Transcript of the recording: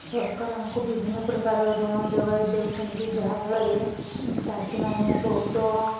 ସରକାର ଆମକୁ ବିଭିନ୍ନ ପ୍ରକାର ଋଣ ଯୋଗାଇ ଦେଉଛନ୍ତି ଯାହାଫଳରେ ଚାଷୀମାନେ ବହୁତ